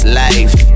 life